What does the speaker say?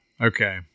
Okay